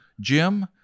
Jim